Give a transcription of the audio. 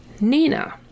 Nina